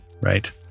right